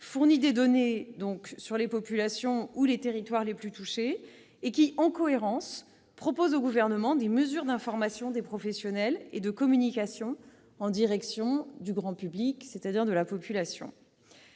fournit des données sur les populations ou les territoires les plus touchés et, en cohérence, propose au Gouvernement des mesures d'information des professionnels et de communication en direction du grand public. C'est la raison